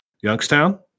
youngstown